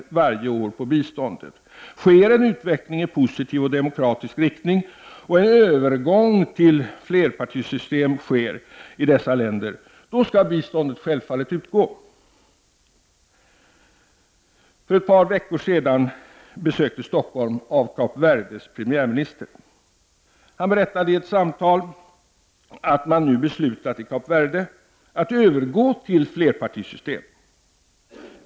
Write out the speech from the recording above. Biståndet skall självfallet utgå om en utveckling i positiv och demokratisk riktning samt en övergång till flerpartisystem sker i dessa länder. Stockholm besöktes för ett par veckor sedan av Kap Verdes premiärminister. I ett samtal berättade han att man nu beslutat att övergå till ett flerpartisystem i Kap Verde.